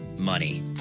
money